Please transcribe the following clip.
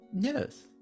Yes